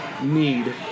need